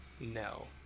No